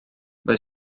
mae